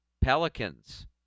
Pelicans